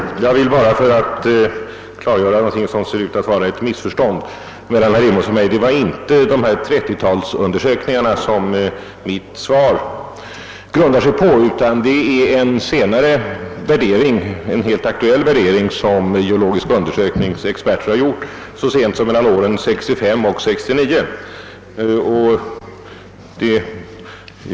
Herr talman! Jag vill bara göra ett klarläggande, eftersom det verkar som om det föreligger ett missförstånd mellan herr Rimås och mig. Mitt svar grundade sig inte på undersökningarna från 1930-talet utan på en senare och helt aktuell värdering, gjord av Sveriges geologiska undersökning så sent som åren 1965—1969.